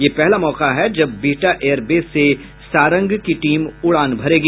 यह पहला मौका है जब बिहटा एयरवेस से सारंग की टीम उड़ान भरेगी